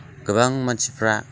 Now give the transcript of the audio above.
गोबां मानसिफ्रा